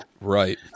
Right